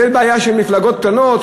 זאת בעיה של מפלגות קטנות?